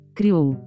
criou